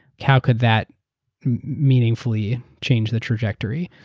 how could that meaningfully change the trajectory?